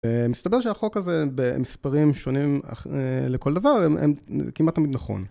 מסתבר שהחוק הזה, במספרים שונים לכל דבר, הם כמעט תמיד נכון.